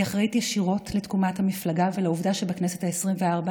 היא אחראית ישירות לתקומת המפלגה ולעובדה שבכנסת העשרים-וארבע